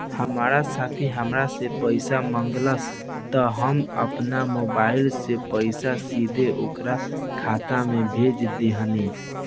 हमार साथी हामरा से पइसा मगलस त हम आपना मोबाइल से पइसा सीधा ओकरा खाता में भेज देहनी